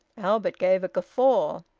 albert gave a guffaw.